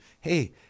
hey